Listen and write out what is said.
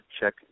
check